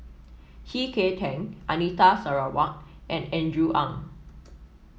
C K Tang Anita Sarawak and Andrew Ang